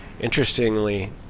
Interestingly